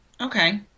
Okay